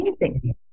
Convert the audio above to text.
amazing